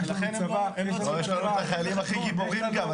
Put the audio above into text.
ולכן אני אומר שלא צריך --- ויש לנו את החיילים הכי גיבורים גם.